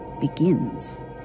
begins